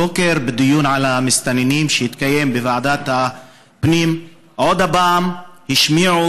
הבוקר בדיון על המסתננים שהתקיים בוועדת הפנים עוד פעם השמיעו